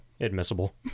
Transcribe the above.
Admissible